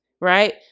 right